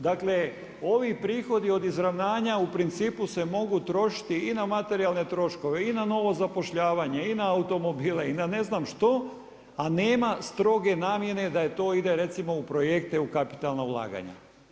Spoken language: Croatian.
Dakle ovi prihodi od izravnanja u principu se mogu trošiti i na materijalne troškove i na novo zapošljavanje i na automobile i na ne znam što, a nema stroge namjene da to ide recimo u projekte u kapitalna ulaganja.